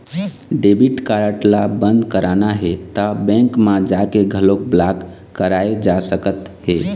debit card ल बंद कराना हे त बेंक म जाके घलोक ब्लॉक कराए जा सकत हे